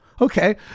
okay